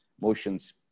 motions